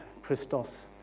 Christos